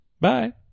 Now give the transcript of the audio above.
bye